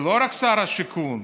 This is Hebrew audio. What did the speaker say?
ולא רק שר השיכון,